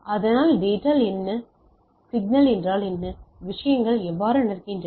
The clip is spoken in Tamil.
அதனால் டேட்டா என்ன சிக்னல் என்றால் என்ன விஷயங்கள் எவ்வாறு நடக்கின்றன